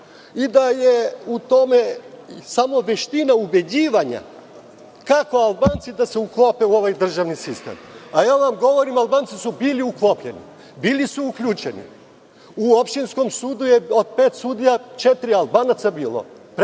i da je u tome samo veština ubeđivanja, kako Albanci da se uklope u ovaj državni sistem. Ja vam govorim, Albanci su bili uklopljeni, bili su uključeni. U opštinskom sudu, od pet sudija je bilo četiri Albanca, pre 20 i nešto